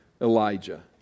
Elijah